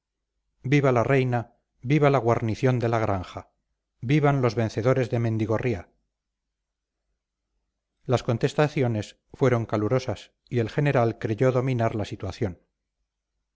viva la reina viva la guarnición de la granja vivan los vencedores de mendigorría las contestaciones fueron calurosas y el general creyó dominar la situación